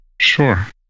Sure